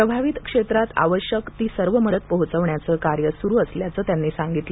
प्रभावित क्षेत्रात आवश्यक ती सर्व मदत पोहोचवण्याचं कार्य सुरू असल्याचं त्यांनी सांगितलं